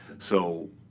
so,